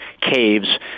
caves